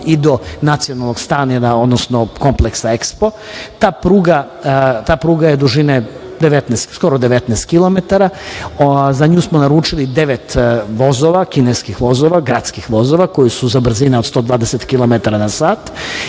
i do Nacionalnog stadiona, odnosno kompleksa EKSPO. Ta pruga je dužine 19, skoro 19 kilometara. Za nju smo naručili devet vozova, kineskih vozova, gradskih vozova koji su za brzine od 120 kilometara na sat